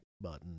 button